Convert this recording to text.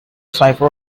cipher